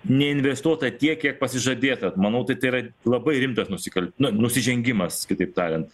neinvestuota tiek kiek pasižadėta manau tai tai yra labai rimtas nusikal na nusižengimas kitaip tariant